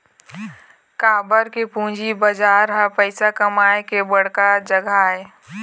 काबर के पूंजी बजार ह पइसा कमाए के बड़का जघा आय